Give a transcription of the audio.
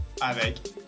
avec